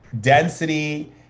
density